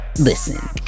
Listen